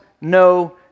no